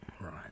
Right